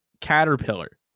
caterpillar